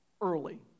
early